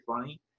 funny